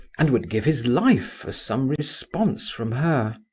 and would give his life for some response from her.